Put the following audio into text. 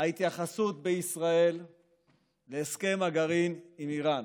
ההתייחסות בישראל להסכם הגרעין עם איראן.